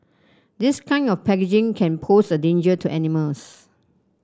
this kind of packaging can pose a danger to animals